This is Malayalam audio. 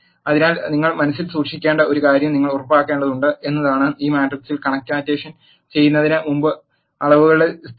അതിനാൽ നിങ്ങൾ മനസ്സിൽ സൂക്ഷിക്കേണ്ട ഒരു കാര്യം നിങ്ങൾ ഉറപ്പാക്കേണ്ടതുണ്ട് എന്നതാണ് ഈ മാട്രിക്സ് കൺകാറ്റെനേഷൻ ചെയ്യുന്നതിന് മുമ്പ് അളവുകളുടെ സ്ഥിരത